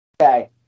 Okay